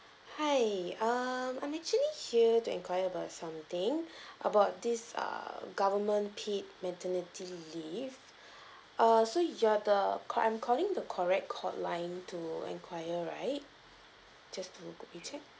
hi um I'm actually here to enquire about something about this err government paid maternity leave err so you're the ca~ I'm calling to correct hotline to enquire right just to is it